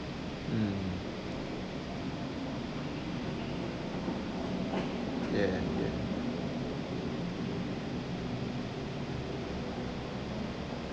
mm yes yes